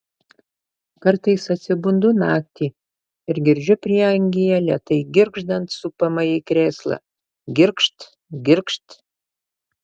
kartais atsibundu naktį ir girdžiu prieangyje lėtai girgždant supamąjį krėslą girgžt girgžt